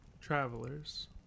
travelers